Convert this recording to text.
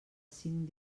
cinc